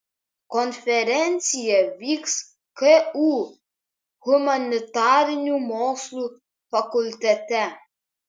konferencija vyks ku humanitarinių mokslų fakultete